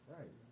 Right